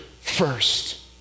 first